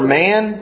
man